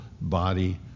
body